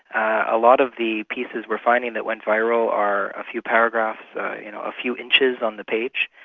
a lot of the pieces we're finding that went viral are a few paragraphs you know a few inches on the page.